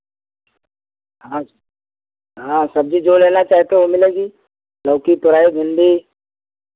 हाँ हाँ सब्ज़ी जो लेना चाहते हैं वो मिलेगी लौकी तोरई भिंडी